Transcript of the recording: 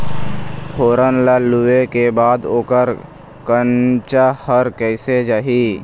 फोरन ला लुए के बाद ओकर कंनचा हर कैसे जाही?